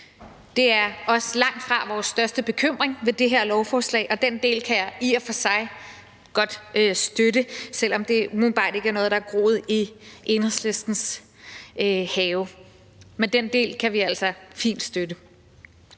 Det er også langt fra vores største bekymring ved det her lovforslag, og den del kan jeg i og for sig godt støtte, selv om det ikke umiddelbart er noget, der er groet i Enhedslistens have. Men den del kan vi altså fint støtte.